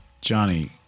Johnny